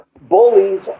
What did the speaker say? bullies